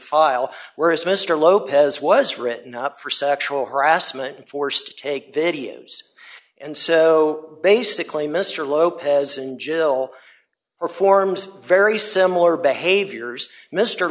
file whereas mr lopez was written up for sexual harassment and forced to take videos and so basically mr lopez and jill performed very similar behaviors mr